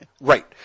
right